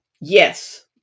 Yes